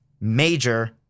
major